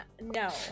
No